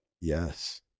Yes